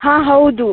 ಹಾಂ ಹೌದು